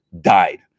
died